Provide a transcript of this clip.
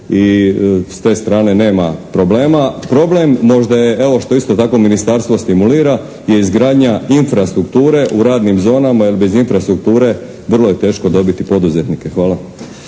i s te strane nema problema. Problem možda je evo što isto tako ministarstvo stimulira je izgradnja infrastrukture u radnim zonama jer bez infrastrukture vrlo je teško dobiti poduzetnike. Hvala.